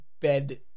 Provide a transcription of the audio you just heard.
bed